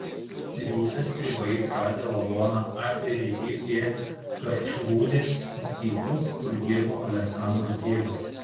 rytą stribai radę lavoną atvežė jį prie karčrūdės mokyklos kur dirbo aleksandro tėvas